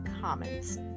comments